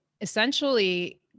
essentially